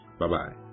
Bye-bye